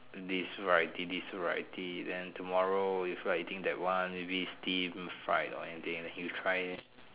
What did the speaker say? this variety this variety then tomorrow you feel like eating that one maybe steamed fried or anything that you try